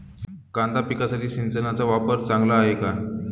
कांदा पिकासाठी सिंचनाचा वापर चांगला आहे का?